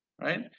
right